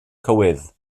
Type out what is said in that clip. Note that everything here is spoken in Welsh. cywydd